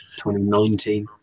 2019